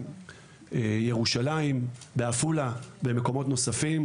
בירושלים, בעפולה ומקומות נוספים.